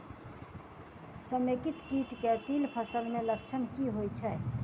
समेकित कीट केँ तिल फसल मे लक्षण की होइ छै?